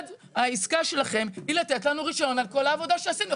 העסקה שלכם זה לתת לנו רישיון על כל העבודה שעשינו,